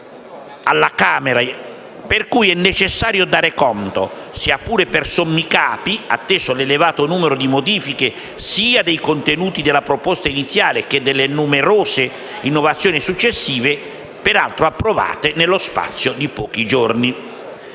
alla Camera, per cui è necessario darne conto, sia pure per sommi capi, atteso l'elevato numero di modifiche sia dei contenuti della proposta iniziale che delle numerose innovazioni successive, peraltro approvate nello spazio di pochi giorni.